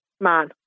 man